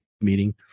meeting